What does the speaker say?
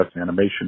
Animation